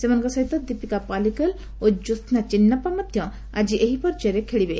ସେମାନଙ୍କ ସହିତ ଦୀପିକା ପାଲିକଲ ଏବଂ କ୍ୟୋସ୍ନା ଚିନ୍ନାପା ମଧ୍ୟ ଆଜି ଏହି ପର୍ଯ୍ୟାୟରେ ଖେଳିବେ